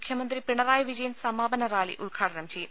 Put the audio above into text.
മുഖ്യമന്ത്രി പിണറായി വിജ യൻ സമാപന റാലി ഉദ്ഘാടനം ചെയ്യും